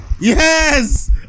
Yes